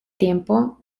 tiempo